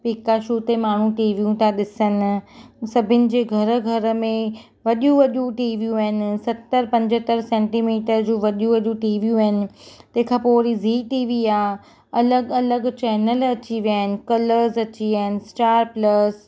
पिकाशू ते माण्हू टिवियूं था ॾिसनि सभिनि जे घर घर में वॾियूं वॾियूं टीवियूं आहिनि सतरि पंजतरि सेंटीमिटर जूं वॾियूं वॾियूं टीवियूं आहिनि तंहिं खां पोइ वरी ज़ी टीवी आहे अलॻि अलॻि चैनल अची विया आहिनि कलर्स अची विया आहिनि स्टार प्लस